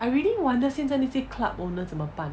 I really wonder 现在那些 club owner 怎么办